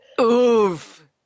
Oof